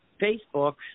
Facebook